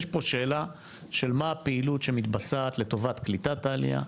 יש פה שאלה של מה הפעילות שמתבצעת לטובת קליטת העלייה,